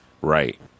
Right